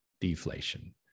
deflation